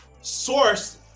Source